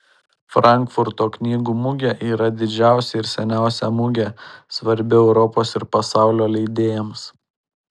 frankfurto knygų mugė yra didžiausia ir seniausia mugė svarbi europos ir pasaulio leidėjams